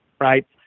right